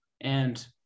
And-